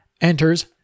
enters